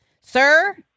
sir